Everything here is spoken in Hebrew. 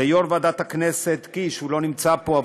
ליו"ר ועדת הכנסת קיש הוא לא נמצא פה,